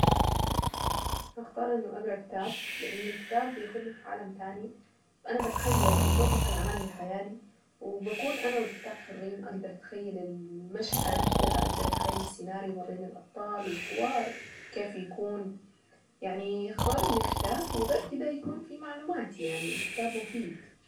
اختار انه اقرا كتاب لانه الكتاب بياخدني في عالم تاني. فانا بتخيل وبطلق العنان لخيالي وبكون انا والكتاب حرين اقدر اتخيل المشهد اقدر اتخيل السيناريو وما بين الابطال الحوار كيف يكون. يعني اختار ان الكتاب وغير كده بيكون في معلومات يعني يكون مفيد.